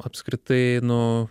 apskritai nu